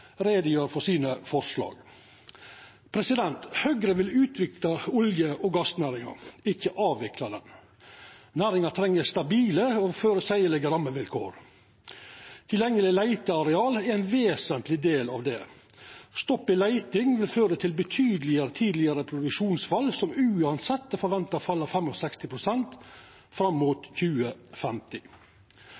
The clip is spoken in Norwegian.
Høgre vil utvikla olje- og gassnæringa, ikkje avvikla ho. Næringa treng stabile og føreseielege rammevilkår. Tilgjengelege leiteareal er ein vesentleg del av det. Stopp i leitinga vil føra til betydeleg tidlegare produksjonsfall – det er uansett forventa å falla med 65 pst. fram mot 2050.